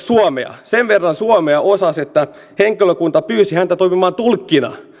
suomea sen verran suomea osasi että henkilökunta pyysi häntä toimimaan tulkkina